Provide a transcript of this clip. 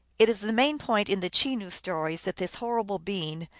it is the main point in the chenoo stories that this horrible being,